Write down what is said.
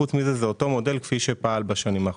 חוץ מזה, זה אותו מודל כפי שהיה בשנים האחרונות.